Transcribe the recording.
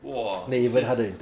!wah! so 现值